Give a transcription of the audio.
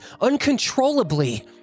uncontrollably